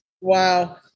wow